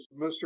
Mr